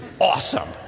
awesome